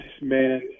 man